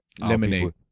lemonade